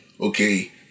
okay